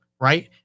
right